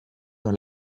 dans